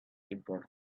important